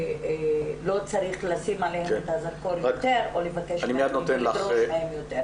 לא צריך לשים עליהן את הזרקור יותר או לדרוש מהן יותר.